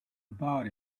about